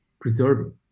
preserving